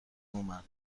اومد